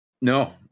No